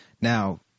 Now